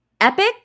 Epic